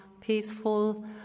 peaceful